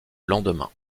lendemain